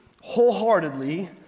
wholeheartedly